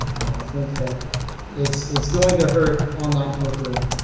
i think that it's it's going to hurt online poker,